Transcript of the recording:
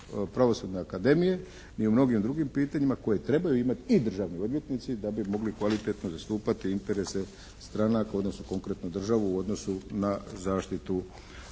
pravosudne akademije ni u mnogim drugim pitanjima koje trebaju imati i državni odvjetnici da bi mogli kvalitetno zastupati interese stranaka odnosno konkretno državu u odnosu na zaštitu